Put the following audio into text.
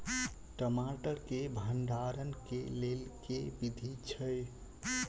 टमाटर केँ भण्डारण केँ लेल केँ विधि छैय?